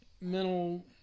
Mental